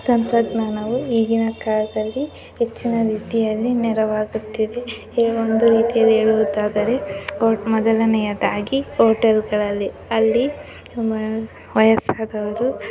ತಂತ್ರಜ್ಞಾನವು ಈಗಿನ ಕಾಲದಲ್ಲಿ ಹೆಚ್ಚಿನ ರೀತಿಯಲ್ಲಿ ನೆರವಾಗುತ್ತಿದೆ ಹೇಗೊಂದು ರೀತಿಯಲ್ಲಿ ಹೇಳುವುದಾದರೆ ಓಟ್ ಮೊದಲನೆಯದಾಗಿ ಹೋಟೆಲ್ಗಳಲ್ಲಿ ಅಲ್ಲಿ ವಯಸ್ಸಾದವರು